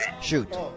Shoot